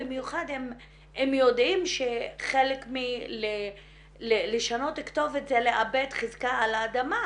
במיוחד אם יודעים שחלק מלשנות כתובת זה לאבד חזקה על האדמה.